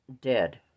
dead